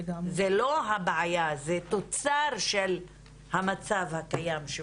זה לא הבעיה, זה תוצר של המצב הקיים.